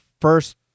first